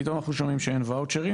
ופתאום אנחנו שומעים שאין ואוצ'רים,